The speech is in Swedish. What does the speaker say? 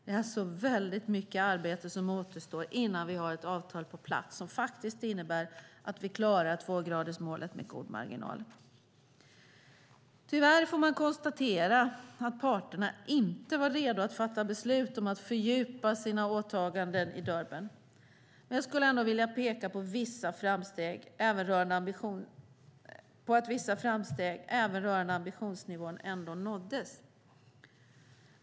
Det är alltså väldigt mycket arbete som återstår innan vi har ett avtal på plats som faktiskt innebär att vi klarar tvågradersmålet med god marginal. Tyvärr får man konstatera att parterna inte var redo att fatta beslut om att fördjupa sina åtaganden i Durban, men jag skulle vilja peka på att vissa framsteg även rörande ambitionsnivån ändå nåddes.